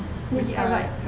legit ah